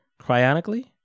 Cryonically